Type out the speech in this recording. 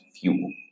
fuel